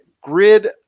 Grid